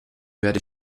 werde